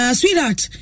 sweetheart